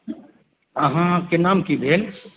अहाँ के नाम की भेल